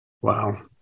Wow